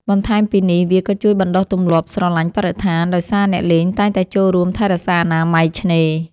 បន្ថែមពីនេះ វាក៏ជួយបណ្ដុះទម្លាប់ ស្រឡាញ់បរិស្ថាន ដោយសារអ្នកលេងតែងតែចូលរួមថែរក្សាអនាម័យឆ្នេរ។